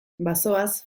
bazoaz